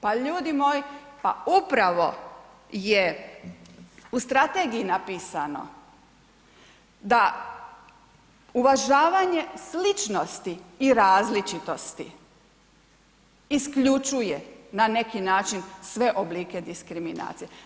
Pa ljudi moji, pa upravo je u strategiji napisano da uvažavanje sličnosti i različitosti isključuje na neki način sve oblike diskriminacije.